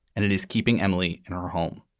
and it is keeping emily in her home.